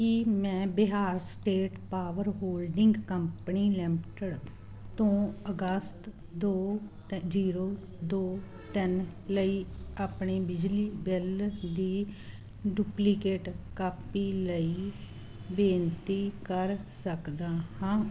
ਕੀ ਮੈਂ Bihar state power holding company limited ਤੋਂ ਅਗਸਤ ਦੋ ਜ਼ੀਰੋ ਦੋ ਤਿੰਨ ਲਈ ਆਪਣੇ ਬਿਜਲੀ ਬਿੱਲ ਦੀ ਡੁਪਲੀਕੇਟ ਕਾਪੀ ਲਈ ਬੇਨਤੀ ਕਰ ਸਕਦਾ ਹਾਂ